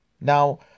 Now